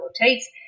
rotates